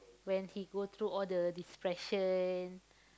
when he go through all the depression